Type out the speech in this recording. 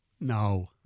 No